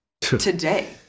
today